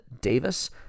Davis